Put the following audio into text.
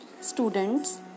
Students